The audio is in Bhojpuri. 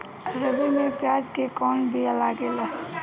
रबी में प्याज के कौन बीया लागेला?